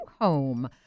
home